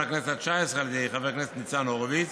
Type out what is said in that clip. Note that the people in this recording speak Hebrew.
הכנסת התשע עשרה על ידי חבר הכנסת ניצן הורוביץ,